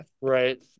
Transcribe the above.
Right